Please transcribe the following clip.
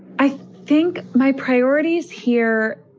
i think my priorities here,